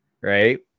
right